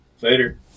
Later